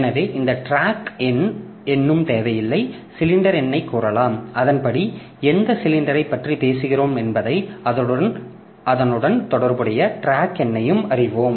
எனவே இந்த ட்ராக் எண்ணும் தேவையில்லை சிலிண்டர் எண்ணைக் கூறலாம் அதன்படி எந்த சிலிண்டரைப் பற்றி பேசுகிறோம் என்பதையும் அதனுடன் தொடர்புடைய டிராக் எண்ணையும் அறிவோம்